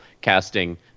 casting